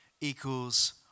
equals